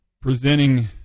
presenting